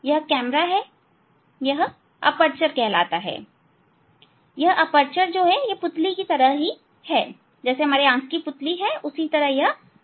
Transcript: यह कैमरा है यह अपर्चर कहलाता है यह पुतली अपर्चर की तरह ही है